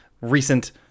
recent